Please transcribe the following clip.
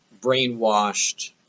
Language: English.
brainwashed